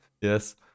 Yes